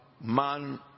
man